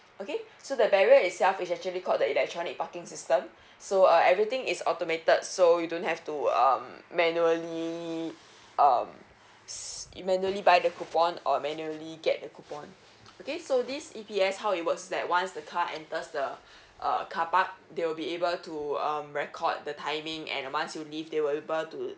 okay so the barrier itself is actually called the electronic parking system so uh everything is automated so you don't have to um manually um manually buy the coupon or manually get a coupon okay so this E_P_S how it works is that once the car enters the uh carpark they will be able to um record the timing and once you leave they will able to